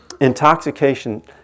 intoxication